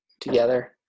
together